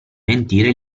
mentire